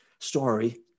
story